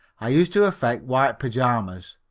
i used to affect white pajamas,